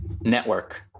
network